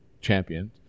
championed